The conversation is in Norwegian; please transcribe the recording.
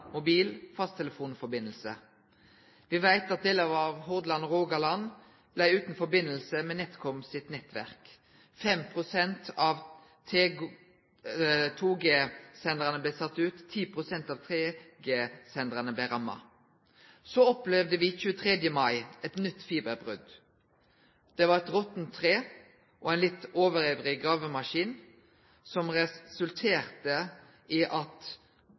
veit at delar av Hordaland og Rogaland blei utan samband med NetComs nettverk. 5 pst. av 2G-sendarane blei sette ut. 10 pst. av 3G-sendarane blei ramma. Den 23. mai opplevde me eit nytt fiberbrot. Det var eit ròte tre og ein litt overivrig gravemaskin som resulterte i at